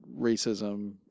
racism